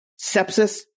sepsis